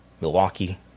Milwaukee